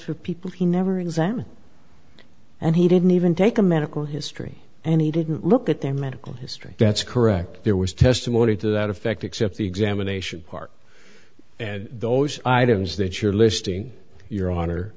for people he never examined and he didn't even take a medical history and he didn't look at their medical history that's correct there was testimony to that effect except the examination part and those items that you're listing you